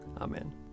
Amen